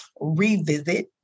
revisit